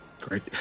great